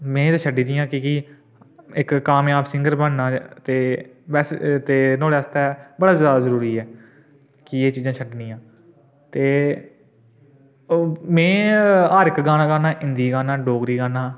में ते छोड़ी दियां की जे इक कामयाब सिंगर बनना ते बस ते नुआढ़े आस्तै बड़ा जैदा जरूरी ऐ कि एह् चीजां छोड़नियां ते अ में हर इक गाना गान्नां हिंदी गान्नां डोगरी गान्नां